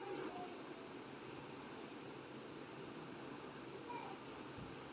charity के लिए चंदा इकट्ठा करना चैरिटी फंडरेजिंग का एक बहुत ही जाना पहचाना रूप है